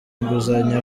inguzanyo